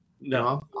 No